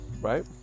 right